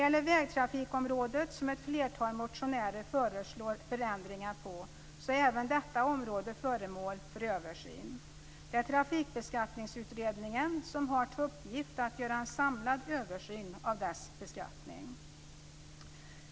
Även vägtrafikområdet, som ett flertal motionärer föreslår förändringar på, är föremål för översyn. Det är Trafikbeskattningsutredningen som har till uppgift att göra en samlad översyn av dess beskattning.